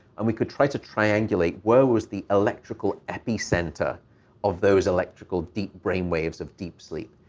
and we could try to triangulate where was the electrical epicenter of those electrical deep brain waves of deep sleep.